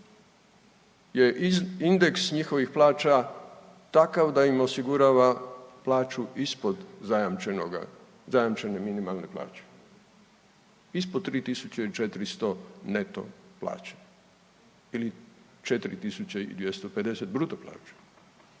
je indeks njihovih plaća takav da im osigurava plaću ispod zajamčenoga, zajamčene minimalne plaće. Ispod 3400 neto plaće ili 4200 bruto plaće.